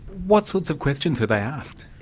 what sorts of questions were they asked?